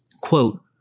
quote